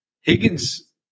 Higgins